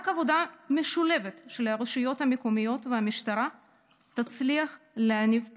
רק עבודה משולבת של הרשויות המקומיות והמשטרה תצליח להניב פירות.